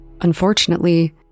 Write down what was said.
Unfortunately